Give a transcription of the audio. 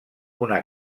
una